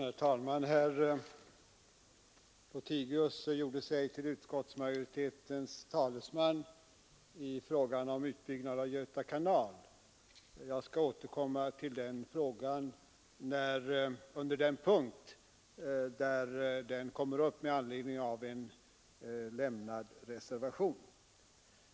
Herr talman! Herr Lothigius gjorde sig till utskottets talesman i fråga om utbyggnad av Göta kanal. Jag skall återkomma till den frågan under den punkt där den hör hemma i anslutning till en lämnad reservation.